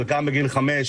חלקם בגיל 5,